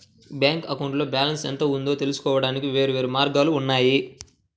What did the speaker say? bank అకౌంట్లో balance ఎంత ఉందో తెలుసుకోవడానికి వేర్వేరు మార్గాలు ఉన్నాయి